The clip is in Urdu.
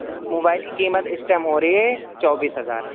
موبائل کی قیمت اس ٹائم ہو رہی ہے چوبیس ہزار